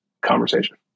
conversation